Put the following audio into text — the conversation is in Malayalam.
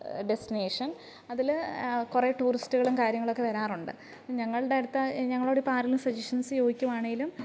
ഡെസ്റ്റിനേഷൻ അതിൽ കുറേ ടൂറിസ്റ്റുകളും കാര്യങ്ങളൊക്കെ വരാറുണ്ട് ഞങ്ങളുടെ അടുത്ത് ഞങ്ങളോട് ഇപ്പോൾ ആരെങ്കിലും സജഷൻസ് ചോദിക്കുവാണെങ്കിലും